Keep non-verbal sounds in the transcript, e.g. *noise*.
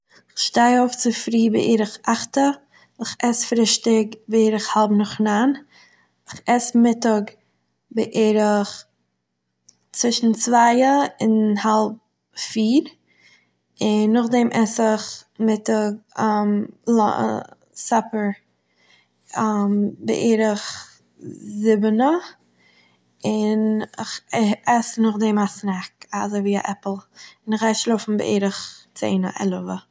איך שטיי אויף צופרי בערך אכטע, איך עס פרישטיג בערך האלב נאך ניין, איך עס מיטאג בערך צווישן צווייא און האלב פיר, און נאכדעם עס איך מיטאג *hesitation* לאנ- סאפער *hesitation* בערך זיבנא, און איך עס נאכדעם א סנעק אזויווי א עפל, און איך גיי שלאפן בערך צענא - עלעווא